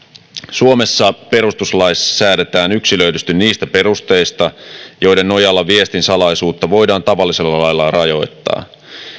suomessa perustuslaissa säädetään yksilöidysti niistä perusteista joiden nojalla viestin salaisuutta voidaan tavallisella lailla rajoittaa